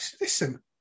Listen